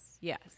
Yes